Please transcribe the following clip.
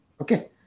okay